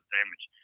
damage